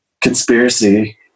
conspiracy